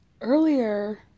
earlier